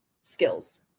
skills